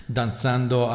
danzando